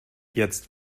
jetzt